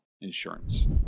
insurance